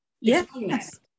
yes